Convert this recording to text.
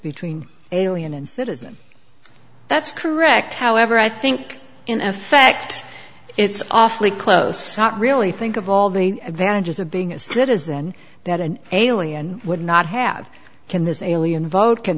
between alien and citizen that's correct however i think in effect it's awfully close not really think of all the advantages of being a citizen that an alien would not have can this alien vote can